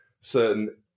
certain